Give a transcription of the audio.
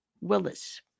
Willis